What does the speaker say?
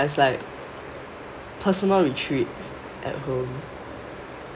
ya is like personal retreat at home